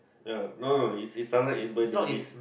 uh no no is is sometimes is burn they made